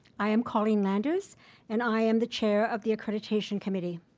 i am colleen landers and i am the chair of the accreditation committee.